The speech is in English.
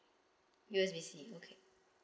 U_S_B C okay